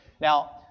Now